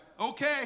Okay